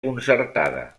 concertada